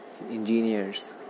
Engineers